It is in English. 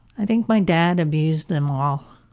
i think my dad abused them all,